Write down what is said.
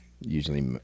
usually